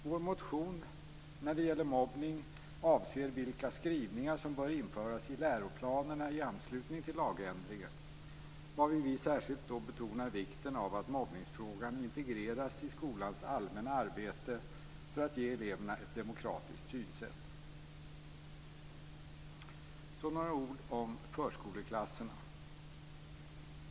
Vår motion om mobbning avser vilka skrivningar som bör införas i läroplanerna i anslutning till lagändringen, varvid vi särskilt betonar vikten av att mobbningsfrågan integreras i skolans allmänna arbete för att ge eleverna ett demokratiskt synsätt. Sedan några ord om förskoleklasserna.